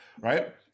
right